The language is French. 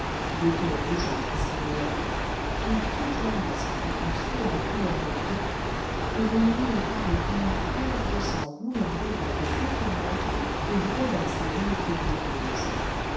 des tons rougeâtres s'y mêlèrent puis toute la masse prit une sombre couleur de pourpre et le nil parut comme un fleuve de sang roulant des vagues écarlates et brodant ses rives d'écumes roses